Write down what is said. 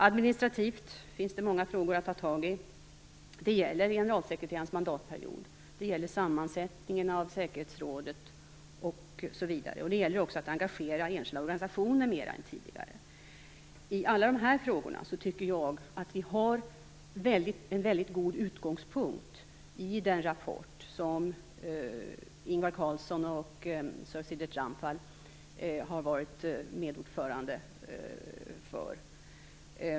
Administrativt finns det många frågor att ta tag i. Det gäller generalsekreterarens mandatperiod, sammansättningen av säkerhetsrådet osv. Det gäller också att engagera enskilda organisationer mera än tidigare. I alla de här frågorna tycker jag att vi har en väldigt god utgångspunkt i rapporten från den arbetsgrupp som Ingvar Carlsson och Sir Shridath Ramphal har varit medordförande för.